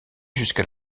jusqu’à